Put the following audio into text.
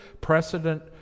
precedent